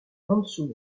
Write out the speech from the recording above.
mansour